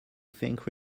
think